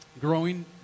growing